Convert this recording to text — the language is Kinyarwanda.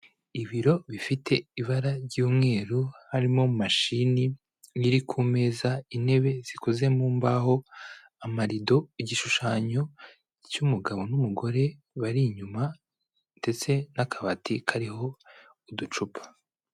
Ibiro bifite ibara ry'umweru, harimo mashini iri ku meza, intebe zikoze mu mbaho, amarido, igishushanyo cy'umugabo n'umugore bari inyuma ndetse n'akabati kariho uducupa.